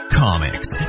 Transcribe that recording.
comics